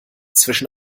zwischen